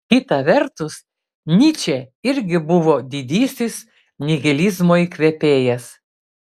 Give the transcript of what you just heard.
kita vertus nyčė irgi buvo didysis nihilizmo įkvėpėjas